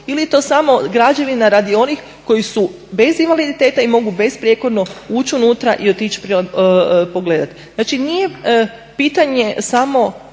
Ili je to samo građevina radi onih koji su bez invaliditeta i mogu besprijekorno ući unutra i otići pogledati. Znači, nije pitanje samo